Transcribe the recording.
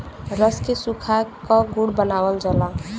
रस के सुखा क गुड़ बनावल जाला